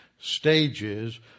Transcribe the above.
stages